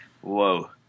Whoa